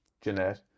Jeanette